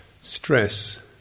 stress